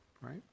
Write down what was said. right